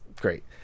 great